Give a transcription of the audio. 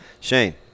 Shane